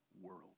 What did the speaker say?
world